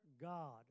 God